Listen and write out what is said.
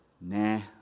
nah